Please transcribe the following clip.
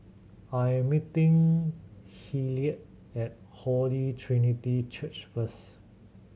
I meeting Hilliard at Holy Trinity Church first